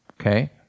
Okay